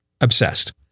obsessed